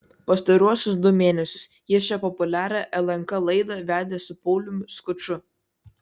pastaruosius du mėnesius ji šią populiarią lnk laidą vedė su pauliumi skuču